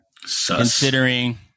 Considering